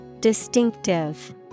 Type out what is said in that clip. Distinctive